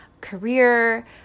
career